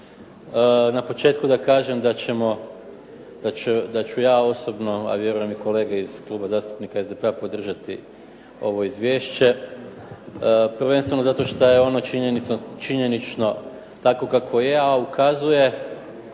Na početku da kažem da ćemo, da ću ja osobno a vjerujem i kolege iz Kluba zastupnika SDP-a podržati ovo izvješće prvenstveno zato što je ono činjenično takvo kakvo je, a ukazuje